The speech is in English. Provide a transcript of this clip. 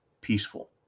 peaceful